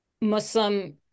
Muslim